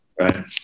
right